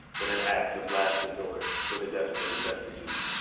but an act of last resort for the desperate and destitute.